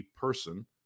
person